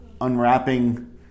unwrapping